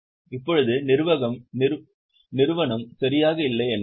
இப்போது நிறுவனம் சரியாக இல்லை என்றால்